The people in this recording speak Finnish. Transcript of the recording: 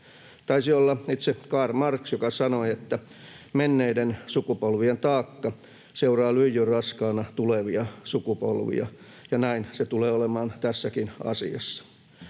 Taisi olla itse Karl Marx, joka sanoi, että menneiden sukupolvien taakka seuraa lyijynraskaana tulevia sukupolvia, ja näin se tulee olemaan tässäkin asiassa.